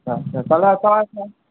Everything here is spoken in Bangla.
আচ্ছা